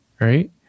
Right